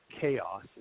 chaos